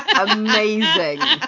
Amazing